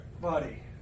Buddy